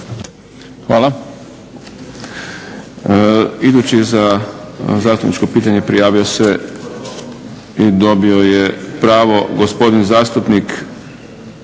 Hvala.